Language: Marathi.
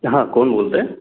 हां कोण बोलत आहे